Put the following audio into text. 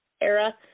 Era